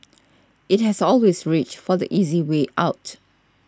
it has always reached for the easy way out